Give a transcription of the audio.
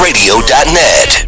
Radio.net